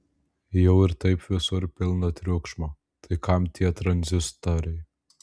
jau ir taip visur pilna triukšmo tai kam tie tranzistoriai